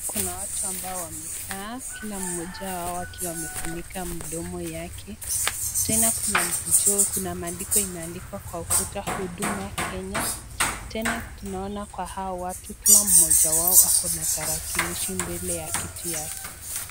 Kuna watu ambao wamekaa, Kila mmoja wao akiwa amefunika mdomo yake, tena Kuna maandishi imeandikwa kwa ukuta, HUDUMA KENYA. Tena tunaona kwa hao watu Kila mmoja wao ana tarakilishi mbele ya kiti yake.